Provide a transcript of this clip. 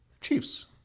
Chiefs